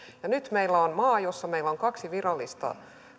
nyt meillä on maa jossa meillä on kaksi virallista